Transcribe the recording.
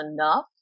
enough